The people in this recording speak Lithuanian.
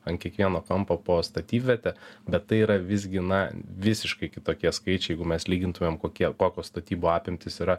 ant kiekvieno kampo po statybvietę bet tai yra visgi na visiškai kitokie skaičiai jeigu mes lygintumėm kokie kokios statybų apimtys yra